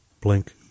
Blink